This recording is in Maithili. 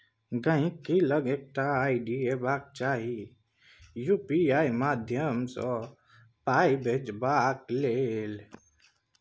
गांहिकी लग एकटा आइ.डी हेबाक चाही यु.पी.आइ माध्यमसँ पाइ भेजबाक लेल